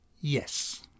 yes